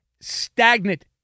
Stagnant